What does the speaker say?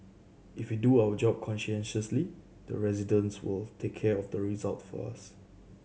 if we do our job conscientiously the residents will take care of the result for us